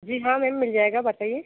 जी हाँ मैम मिल जाएगा बताइए